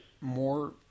more